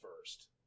first